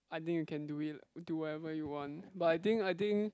I think you can do it do whatever you want but I think I think